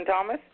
Thomas